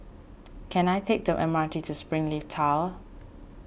can I take the M R T to Springleaf Tower